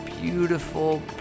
beautiful